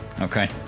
Okay